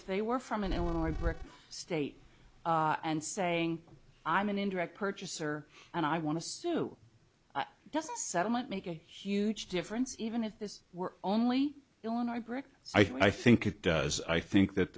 if they were from an illinois brick state and saying i'm an indirect purchaser and i want to sue doesn't settlement make a huge difference even if this were only illinois brick i think it does i think that